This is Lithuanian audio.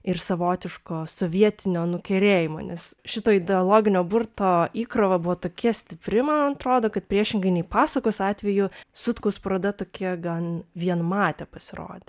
ir savotiško sovietinio nukerėjimo nes šito ideologinio burto įkrova buvo tokia stipri man atrodo kad priešingai nei pasakos atveju sutkaus paroda tokia gan vienmatė pasirodė